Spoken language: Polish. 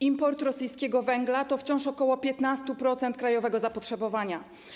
Import rosyjskiego węgla to wciąż ok. 15% krajowego zapotrzebowania.